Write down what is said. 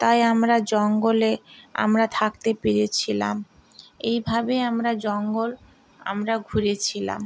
তাই আমরা জঙ্গলে আমরা থাকতে পেরেছিলাম এইভাবে আমরা জঙ্গল আমরা ঘুরেছিলাম